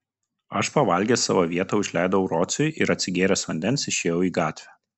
aš pavalgęs savo vietą užleidau rociui ir atsigėręs vandens išėjau į gatvę